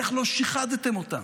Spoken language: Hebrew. איך לא שיחדתם אותם?